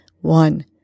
One